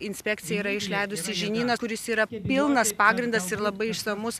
inspekcija yra išleidusi žinyną kuris yra pilnas pagrindas ir labai išsamus